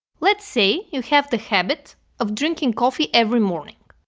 let's say you have the habit of drinking coffee every morning.